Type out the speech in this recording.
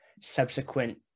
subsequent